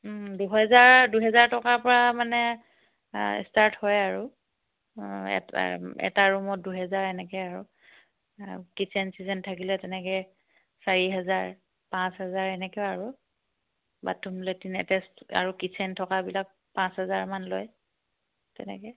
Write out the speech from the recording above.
দুহেজাৰ দুহেজাৰ টকাৰ পৰা মানে ষ্টাৰ্ট হয় আৰুটা এটা ৰুমত দুহেজাৰ এনেকে আৰু কিটচেন চিটচেন থাকিলে তেনেকে চাৰি হেজাৰ পাঁচ হোজাৰ এনেকে আৰু বাথৰুম লেটিন এটেচ আৰু কিটচেন থকাবিলাক পাঁচ হোজাৰমান লয় তেনেকে